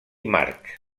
march